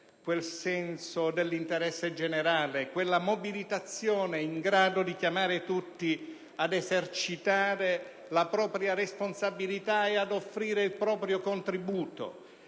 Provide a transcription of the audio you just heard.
quel senso dell'interesse generale e quella mobilitazione in grado di chiamare tutti ad esercitare la propria responsabilità e ad offrire il proprio contributo.